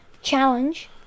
Challenge